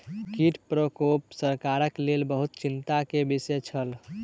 कीट प्रकोप सरकारक लेल बहुत चिंता के विषय छल